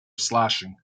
slashing